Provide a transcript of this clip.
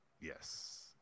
Yes